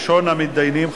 ראשון המתדיינים,